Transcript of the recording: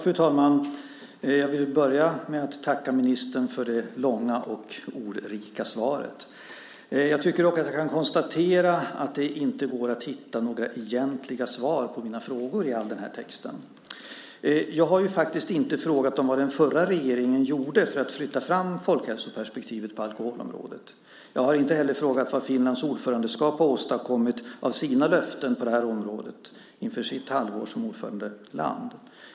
Fru talman! Jag vill börja med att tacka ministern för det långa och ordrika svaret. Jag tycker dock att jag kan konstatera att det inte går att hitta några egentliga svar på mina frågor i all denna text. Jag har inte frågat vad den förra regeringen gjorde för att flytta fram folkhälsoperspektivet på alkoholområdet. Jag har inte heller frågat vad Finlands ordförandeskap har åstadkommit av sina löften på det här området inför sitt halvår som ordförandeland.